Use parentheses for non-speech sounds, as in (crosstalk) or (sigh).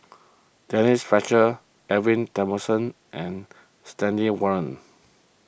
Denise Fletcher Edwin (unintelligible) and Stanley Warren